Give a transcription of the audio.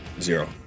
Zero